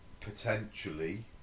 potentially